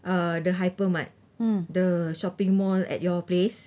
uh the hypermart the shopping mall at your place